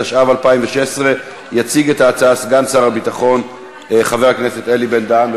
התשע"ו 2016. יציג את ההצעה סגן שר הביטחון חבר הכנסת אלי בן-דהן.